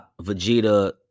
Vegeta